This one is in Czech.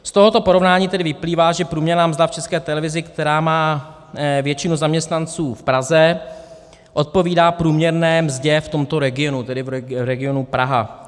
Z tohoto porovnání tedy vyplývá, že průměrná mzda v České televizi, kterou má většinu zaměstnanců v Praze, odpovídá průměrné mzdě v tomto regionu, tedy v regionu Praha.